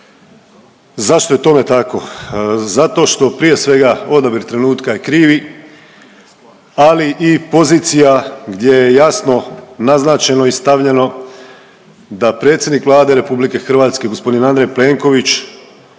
Zašto je tome tako? Zato što prije svega odabir trenutka je krivi, ali i pozicija gdje je jasno naznačeno i stavljeno da predsjednik Vlade RH gospodin Andrej Plenković